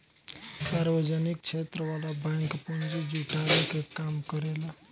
सार्वजनिक क्षेत्र वाला बैंक पूंजी जुटावे के काम करेला